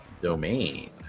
domain